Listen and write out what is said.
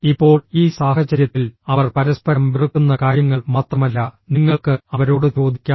ഇപ്പോൾ ഈ സാഹചര്യത്തിൽ അവർ പരസ്പരം വെറുക്കുന്ന കാര്യങ്ങൾ മാത്രമല്ല നിങ്ങൾക്ക് അവരോട് ചോദിക്കാം